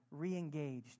reengaged